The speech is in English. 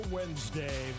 Wednesday